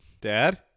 dad